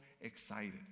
excited